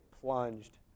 plunged